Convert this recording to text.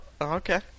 okay